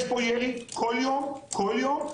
יש פה ירי כל יום, כל יום.